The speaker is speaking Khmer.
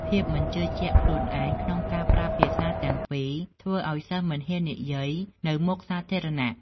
ភាពមិនជឿជាក់ខ្លួនឯងក្នុងការប្រើភាសាទាំងពីរធ្វើឲ្យសិស្សមិនហ៊ាននិយាយនៅមុខសាធារណៈ។